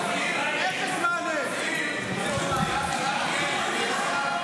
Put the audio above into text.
הם גרים שם,